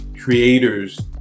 creators